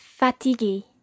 fatigué